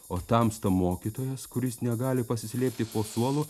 o tamsta mokytojas kuris negali pasislėpti po suolu